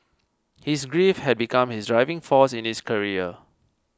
his grief had become his driving force in his career